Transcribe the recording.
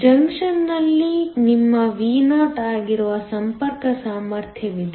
ಜಂಕ್ಷನ್ನಲ್ಲಿ ನಿಮ್ಮ Vo ಆಗಿರುವ ಸಂಪರ್ಕ ಸಾಮರ್ಥ್ಯವಿದೆ